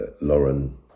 Lauren